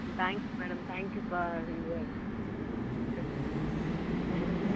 thank you madam thank you for your response நன்றி